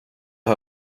att